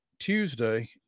Tuesday